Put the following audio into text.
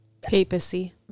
papacy